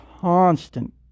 constant